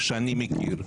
שאני מכיר.